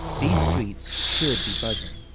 these streets should be buzzing